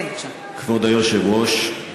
כבוד היושב-ראש,